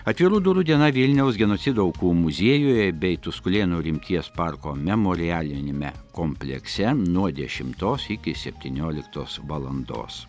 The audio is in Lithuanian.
atvirų durų diena vilniaus genocido aukų muziejuje bei tuskulėnų rimties parko memorialiniame komplekse nuo dešimtos iki septynioliktos valandos